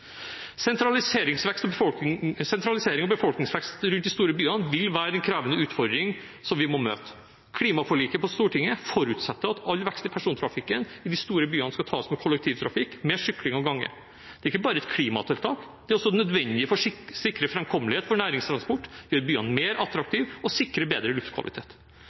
og befolkningsvekst i og rundt de store byene vil være en krevende utfordring, som vi må møte. Klimaforliket på Stortinget forutsetter at all vekst i persontrafikken i de store byene skal tas med kollektivtrafikk, mer sykling og gange. Dette er ikke bare et klimatiltak, det er også nødvendig for å sikre framkommelighet for næringstransport, gjøre byene mer attraktive og sikre bedre luftkvalitet.